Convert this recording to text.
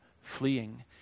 fleeing